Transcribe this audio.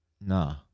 Nah